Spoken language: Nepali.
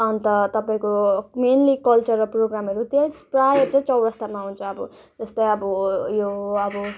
अन्त तपाईँको मेन्ली कल्चरल प्रोग्रामहरू त्यस प्रायः चाहिँ चौरस्तामा हुन्छ अब जस्तै अब यो अब